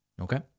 okay